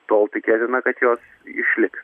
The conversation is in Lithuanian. tol tikėtina kad jos išliks